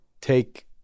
take